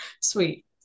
Sweet